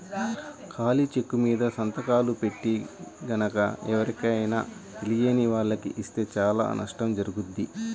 ఖాళీ చెక్కుమీద సంతకాలు పెట్టి గనక ఎవరైనా తెలియని వాళ్లకి ఇస్తే చానా నష్టం జరుగుద్ది